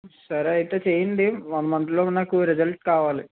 సరే అయితే చెయ్యండి వన్ మంత్ లో నాకు రిజల్ట్ కావాలి